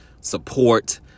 support